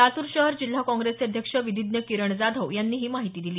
लातूर शहर जिल्हा काँग्रेसचे अध्यक्ष विधीज्ञ किरण जाधव यांनी ही माहिती दिली